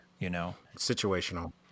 Situational